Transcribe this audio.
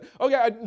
Okay